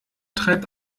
treibt